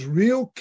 real